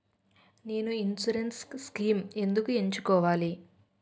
నేను insurance schemes ఎందుకు ఎంచుకోవాలి?